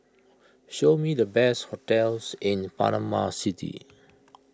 show me the best hotels in Panama City